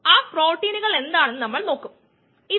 ഇത് നിമിഷങ്ങൾക്കുള്ളിലാണ് നമ്മൾ നിർമ്മിക്കുന്നുത്